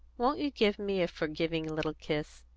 won't you give me a forgiving little kiss?